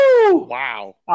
Wow